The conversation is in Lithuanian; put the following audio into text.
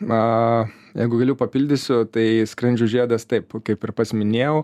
na jeigu galiu papildysiu tai skrandžio žiedas taip kaip ir pats minėjau